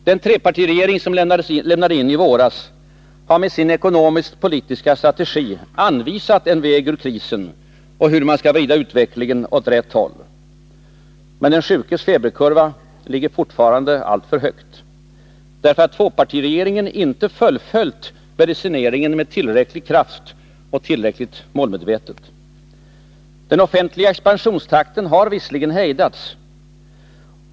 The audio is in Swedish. Den trepartiregering som lämnade in i våras har med sin ekonomiskpolitiska strategi anvisat en väg ur krisen och visat hur man skall vrida utvecklingen åt rätt håll. Men den sjukes feberkurva ligger fortfarande alltför högt, därför att tvåpartiregeringen inte fullföljt medicineringen med tillräcklig kraft och tillräckligt målmedvetet. Den offentliga expansionstakten har emellertid hejdats.